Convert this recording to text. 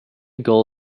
gull